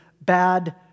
bad